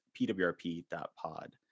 pwrp.pod